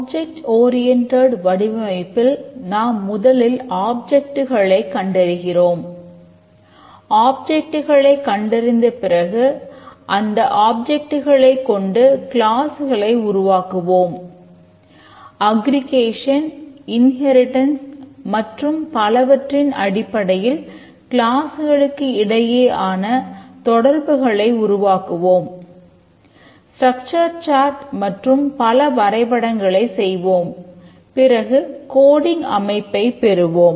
object oriented அமைப்பைப் பெறுவோம்